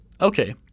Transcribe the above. Okay